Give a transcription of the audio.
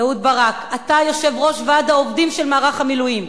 אהוד ברק: אתה יושב-ראש ועד העובדים של מערך המילואים.